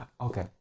Okay